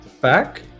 back